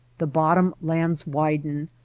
the bottom lands widen,